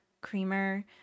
creamer